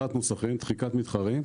סגירת המוסכים", דחיקת מתחרים.